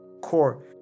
core